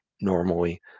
normally